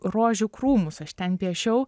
rožių krūmus aš ten piešiau